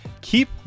Keep